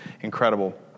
incredible